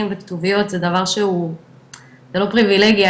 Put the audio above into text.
וכתוביות זה דבר שהוא לא פריווילגיה,